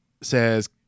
says